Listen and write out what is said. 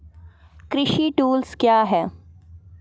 कृषि टुल्स क्या हैं?